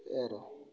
এই আৰু